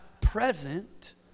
present